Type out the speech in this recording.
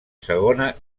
segona